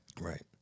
right